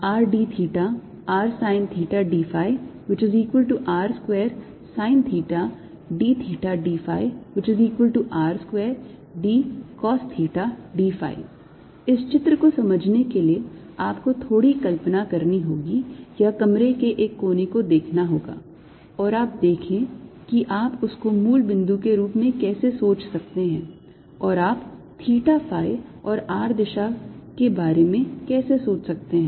dVdrrdθrsinθdϕr2sinθdθdϕr2dcosθdϕ इस चित्र को समझने के लिए आपको थोड़ी कल्पना करनी होगी या कमरे के एक कोने को देखना होगा और देखें कि आप उसको मूल बिंदु के रूप में कैसे सोच सकते हैं और आप थीटा फाइ और r दिशा के बारे में कैसे सोच सकते हैं